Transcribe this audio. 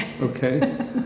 Okay